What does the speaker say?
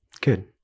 Good